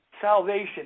salvation